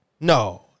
No